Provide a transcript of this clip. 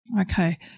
Okay